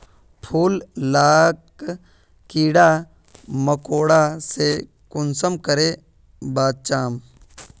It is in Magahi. फूल लाक कीड़ा मकोड़ा से कुंसम करे बचाम?